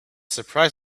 surprised